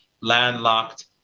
landlocked